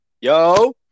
Yo